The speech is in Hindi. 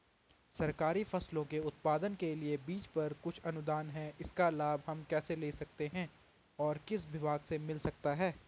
सरकारी फसलों के उत्पादन के लिए बीज पर कुछ अनुदान है इसका लाभ हम कैसे ले सकते हैं और किस विभाग से मिल सकता है?